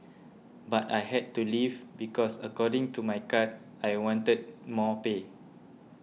but I had to leave because according to my card I wanted more pay